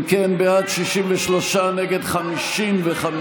אם כן, בעד, 63, נגד, 55,